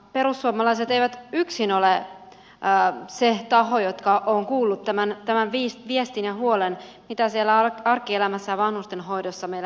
perussuomalaiset eivät yksin ole se taho joka on kuullut tämän viestin ja huolen mitä siellä arkielämässä vanhustenhoidossa meillä ihmisillä on